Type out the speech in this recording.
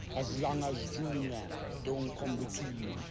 as long as junior um don't come between.